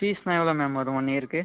ஃபீஸ்ஸெலாம் எவ்வளோ மேம் வரும் ஒன் இயருக்கு